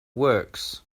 works